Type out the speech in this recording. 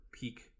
peak